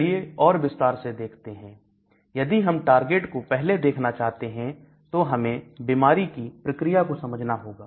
चलिए और विस्तार से देखते हैं यदि हम टारगेट को पहले देखना चाहते हैं तो हमें बीमारी की प्रक्रिया को समझना होगा